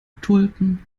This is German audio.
tulpen